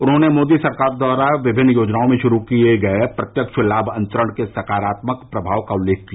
उन्होंने मोदी सरकार द्वारा विभिन्न योजनाओं में शुरू किये गये प्रत्यक्ष लाम अंतरण के सकारात्मक प्रभाव का उल्लेख किया